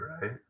right